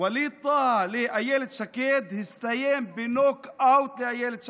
ווליד טאהא לאילת שקד הסתיים בנוק אאוט לאילת שקד.